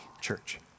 church